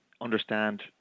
understand